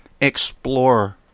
explore